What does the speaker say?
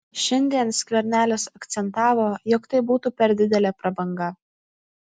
šiandien skvernelis akcentavo jog tai būtų per didelė prabanga